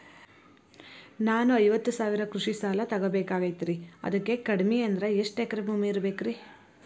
ನಾನು ಐವತ್ತು ಸಾವಿರ ಕೃಷಿ ಸಾಲಾ ತೊಗೋಬೇಕಾಗೈತ್ರಿ ಅದಕ್ ಕಡಿಮಿ ಅಂದ್ರ ಎಷ್ಟ ಎಕರೆ ಭೂಮಿ ಇರಬೇಕ್ರಿ?